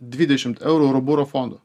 dvidešimt eurų roburo fondų